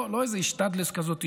לא איזה "השתדלוס" כזאת,